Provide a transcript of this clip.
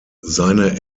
seine